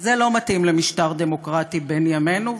זה חוק שאינו מתאים למשטר דמוקרטי בן ימינו,